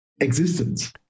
existence